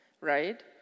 Right